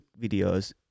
videos